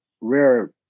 rare